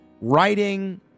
writing